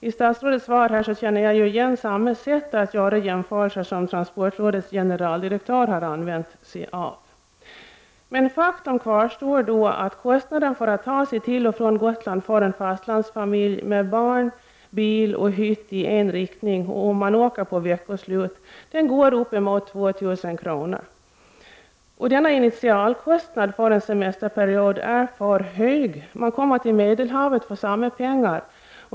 I statsrådets svar känner jag igen samma sätt att göra jämförelser på som transportrådets generaldirektör har använt sig av. Faktum kvarstår ändock att kostnaden för att ta sig till eller från Gotland ien riktning för en fastlandsfamilj med barn och bil inkl. hytt om man åker på veckoslutet uppgår till närmare 2000 kr. Denna initialkostnad för en semesterperiod är för hög. Man kommer till Medelhavet för samma belopp.